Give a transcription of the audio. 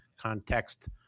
context